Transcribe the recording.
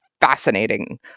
fascinating